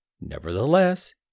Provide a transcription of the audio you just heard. Nevertheless